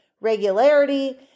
regularity